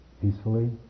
peacefully